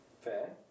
Fair